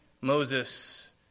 Moses